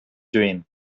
dream